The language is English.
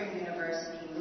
University